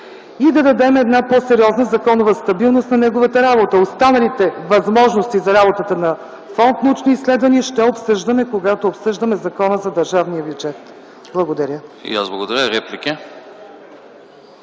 и да дадем една по-сериозна законова стабилност на неговата работа. Останалите възможности за работа на фонд „Научни изследвания” ще обсъждаме, когато обсъждаме Закона за държавния бюджет. Благодаря.